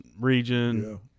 region